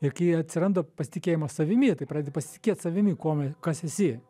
ir kai atsiranda pasitikėjimas savimi tai pradedi pasitikėt savimi kuom e kas esi